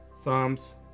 Psalms